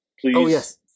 please